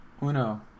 Uno